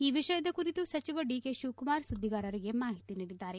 ಈ ವಿಷಯದ ಕುರಿತು ಸಚಿವ ಡಿಕೆ ಶಿವಕುಮಾರ್ ಸುದ್ದಿಗಾರರಿಗೆ ಮಾಹಿತಿ ನೀಡಿದ್ದಾರೆ